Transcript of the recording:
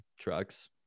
trucks